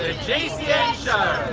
ah gcn show.